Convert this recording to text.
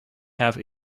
have